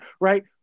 right